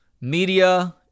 media